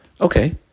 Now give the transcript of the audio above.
okay